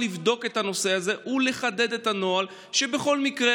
אם אפשר לבדוק את הנושא הזה ולחדד את הנוהל שבכל מקרה